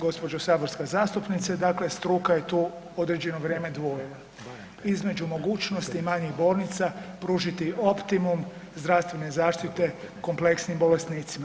Gospođo saborska zastupnice, dakle struka je tu određeno vrijeme dvojila, između mogućnosti manjih bolnica pružiti optimum zdravstvene zaštite kompleksnim bolesnicima.